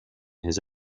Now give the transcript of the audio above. his